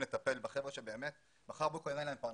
לטפל בחבר'ה שבאמת מחר בבוקר אין להם פרנסה.